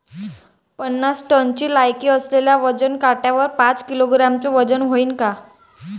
पन्नास टनची लायकी असलेल्या वजन काट्यावर पाच किलोग्रॅमचं वजन व्हईन का?